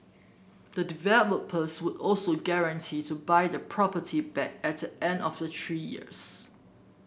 the developers would also guarantee to buy the property back at the end of the three years